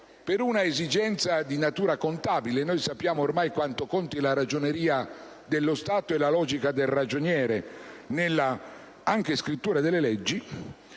per un'esigenza di natura contabile (sappiamo ormai quanto conti la Ragioneria dello Stato e la logica ragionieristica anche nella scrittura delle leggi),